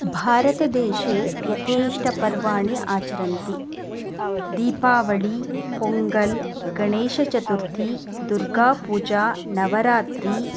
भारतदेशे यथेष्ट पर्वाणि आचरन्ति दीपावलिः पोङ्गल् गणेशचतुर्थी दुर्गापूजा नवरात्रिः